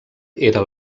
era